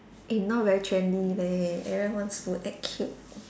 eh now very trendy leh everyone wants to act cute